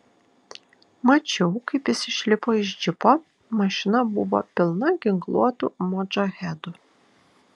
mačiau kaip jis išlipo iš džipo mašina buvo pilna ginkluotų modžahedų